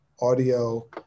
audio